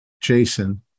Jason